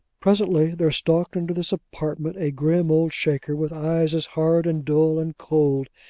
presently, there stalked into this apartment, a grim old shaker, with eyes as hard, and dull, and cold,